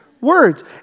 words